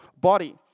body